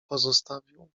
pozostawił